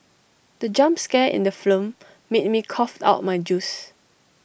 the jump scare in the film made me cough out my juice